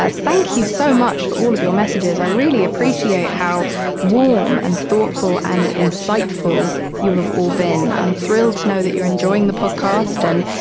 ah thank you so much for all of your messages. i really appreciate how warm and thoughtful and insightful you have all been. i'm thrilled to know that you're enjoying the podcast and,